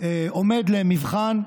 עומד למבחן,